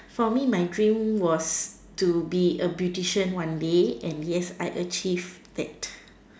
for me my dream was to be a beautician one day and yes I achieved that